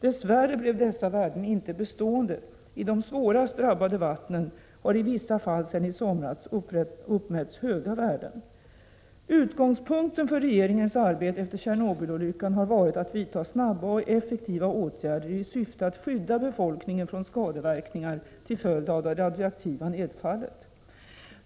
Dess värre blev dessa värden inte bestående. I de svårast drabbade vattnen har i vissa fall sedan i somras uppmätts höga värden. Utgångspunkten för regeringens arbete efter Tjernobylolyckan har varit att vidta snabba och effektiva åtgärder i syfte att skydda befolkningen från skadeverkningar till följd av det radioaktiva nedfallet.